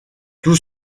tout